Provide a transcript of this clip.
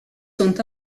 sont